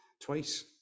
twice